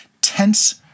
tense